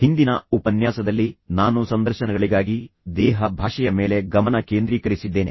ಹಿಂದಿನ ಉಪನ್ಯಾಸದಲ್ಲಿ ನಾನು ಸಂದರ್ಶನಗಳಿಗಾಗಿ ದೇಹ ಭಾಷೆಯ ಮೇಲೆ ಗಮನ ಕೇಂದ್ರೀಕರಿಸಿದ್ದೇನೆ